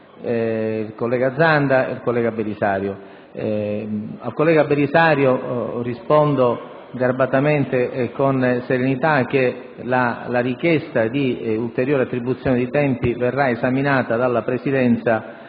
i colleghi Zanda e Belisario. Al collega Belisario rispondo garbatamente e con serenità dicendo che la richiesta di un'ulteriore attribuzione di tempi verrà esaminata dalla Presidenza